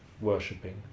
worshipping